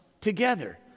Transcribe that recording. together